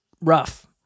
rough